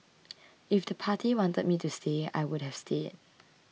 if the party wanted me to stay I would have stayed